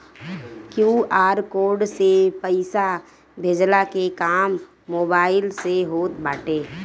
QR code से पईसा भेजला के काम मोबाइल से होत बाटे